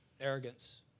arrogance